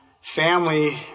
family